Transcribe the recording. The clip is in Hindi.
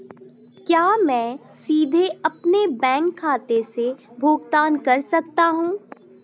क्या मैं सीधे अपने बैंक खाते से भुगतान कर सकता हूं?